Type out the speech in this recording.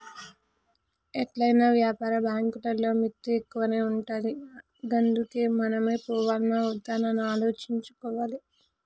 ఎట్లైనా వ్యాపార బాంకులల్ల మిత్తి ఎక్కువనే ఉంటది గందుకే మనమే పోవాల్నా ఒద్దా ఆలోచించుకోవాలె